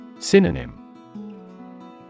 Synonym